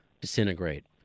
disintegrate